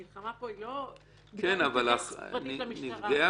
המלחמה פה היא לא מתוך אינטרס פרטי של המשטרה.